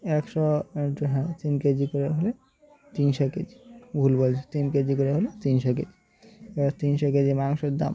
একশো ইনটু হ্যাঁ তিন কে জি করে হলে তিনশো কে জি ভুল বলছি তিন কে জি করে হলে তিনশো কে জি এবার তিনশো কে জি মাংসর দাম